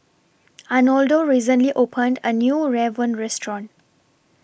Arnoldo recently opened A New Rawon Restaurant